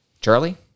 Charlie